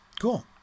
Cool